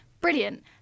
brilliant